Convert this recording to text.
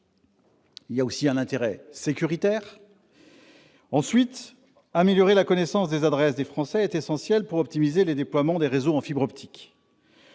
est également important. Ensuite, améliorer la connaissance des adresses des Français est essentiel pour optimiser les déploiements des réseaux en fibre optique.